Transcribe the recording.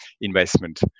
investment